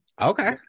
Okay